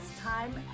time